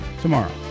tomorrow